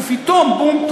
ופתאום בום,